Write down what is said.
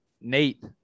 Nate